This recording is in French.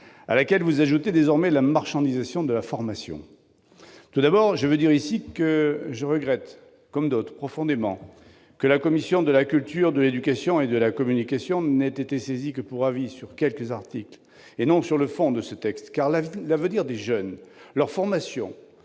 à laquelle vous ajoutez désormais la marchandisation de la formation. Tout d'abord- je tiens à le dire ici -, comme d'autres, je regrette profondément que la commission de la culture, de l'éducation et de la communication n'ait été saisie que pour avis sur quelques articles, et non sur le fond de ce texte : l'avenir des jeunes, leur formation